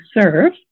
serve